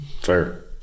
fair